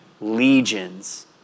legions